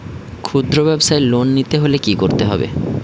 খুদ্রব্যাবসায় লোন নিতে হলে কি করতে হবে?